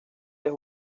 los